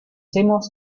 hemos